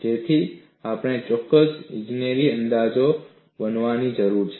તેથી આપણે ચોક્કસ ઈજનેરી અંદાજો બનાવવાની જરૂર છે